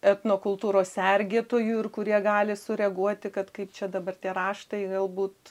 etnokultūros sergėtojų ir kurie gali sureaguoti kad kaip čia dabar tie raštai galbūt